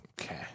Okay